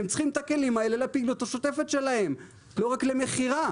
הם צריכים את הכלים האלה לפעילות השוטפת שלהם ולא רק למכירה.